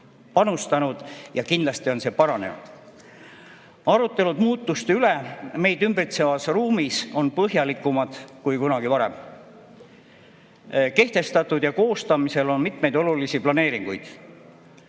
panustanud ja kindlasti on see paranenud. Arutelud muutuste üle meid ümbritsevas ruumis on põhjalikumad kui kunagi varem. Kehtestatud ja koostamisel on mitmeid olulisi planeeringuid.